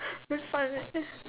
very fun eh eh